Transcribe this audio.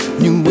new